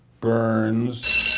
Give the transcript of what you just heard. Burns